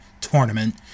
Tournament